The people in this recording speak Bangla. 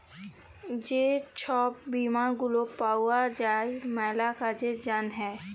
যে ছব বীমা গুলা পাউয়া যায় ম্যালা কাজের জ্যনহে